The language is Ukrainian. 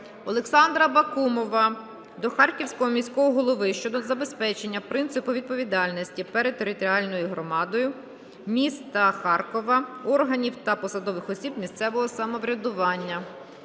Олександра Бакумова до Харківського міського голови щодо забезпечення принципу відповідальності перед територіальною громадою міста Харкова органів та посадових осіб місцевого самоврядування.